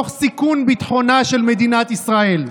תוך סיכון ביטחונה של מדינת ישראל,